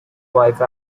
wife